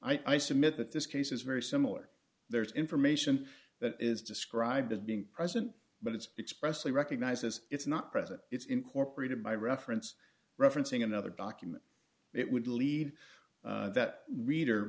i submit that this case is very similar there's information that is described as being present but it's expressly recognizes it's not present it's incorporated by reference referencing another document it would lead that reader